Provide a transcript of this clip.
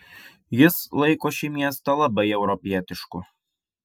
jis laiko šį miestą labai europietišku